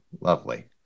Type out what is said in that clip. Lovely